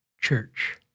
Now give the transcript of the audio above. Church